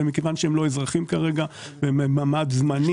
מכיוון שהם לא אזרחים כרגע והם במעמד זמני